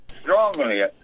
strongly